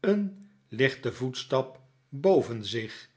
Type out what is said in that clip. een lichten voetstap boven zich